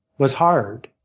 was hard.